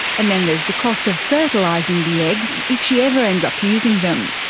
and then there's the cost of fertilising the eggs if she ever ends up using them.